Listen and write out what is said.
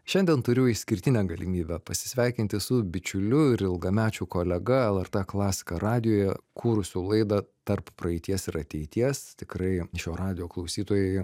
šiandien turiu išskirtinę galimybę pasisveikinti su bičiuliu ir ilgamečiu kolega lrt klasika radijuje kūrusiu laidą tarp praeities ir ateities tikrai šio radijo klausytojai